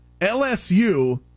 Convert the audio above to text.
LSU